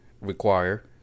REQUIRE